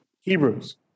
Hebrews